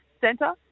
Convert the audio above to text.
centre